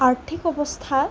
আৰ্থিক অৱস্থা